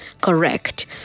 correct